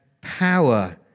power